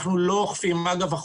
אגב,